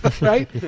right